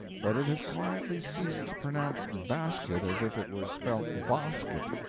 but it has quietly ceased to pronounce basket as if it were spelt bahsket.